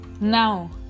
Now